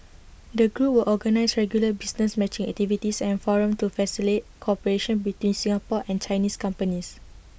the group will organise regular business matching activities and forums to cooperation between Singapore and Chinese companies